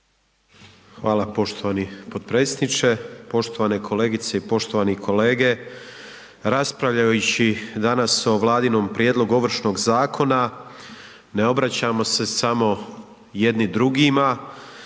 Hvala poštovani potpredsjedniče, poštovane kolegice i poštovani kolege. Raspravljajući danas o Vladinom prijedlogu Ovršnog zakona ne obraćamo se samo jedni drugima